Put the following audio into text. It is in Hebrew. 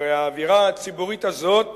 הרי האווירה הציבורית הזאת